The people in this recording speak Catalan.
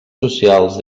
socials